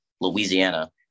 Louisiana